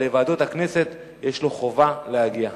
אבל לוועדות הכנסת יש לו חובה להגיע.